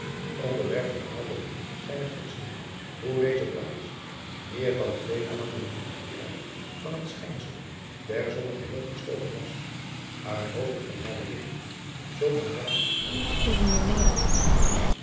onder weg verhaalden hem zijne gidsen hoe deze plaats meer dan twee maanden van het jaar van het schijnsel der zonne geheel verstoken was uit hoofde van hare ligging zoo nabij aan den voet van den berg